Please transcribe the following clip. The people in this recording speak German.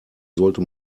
sollte